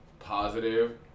positive